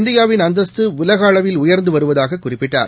இந்தியாவின் அந்தஸ்து உலகஅளவில் உயர்ந்துவருவதாககுறிப்பிட்டார்